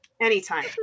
Anytime